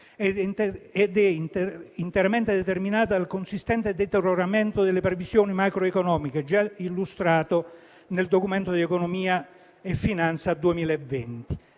ed è interamente determinata dal consistente deterioramento delle previsioni macroeconomiche, già illustrato nel Documento di economia e finanza 2020.